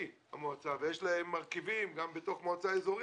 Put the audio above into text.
המועצה הדתית ויש להם מרכיבים של הישובים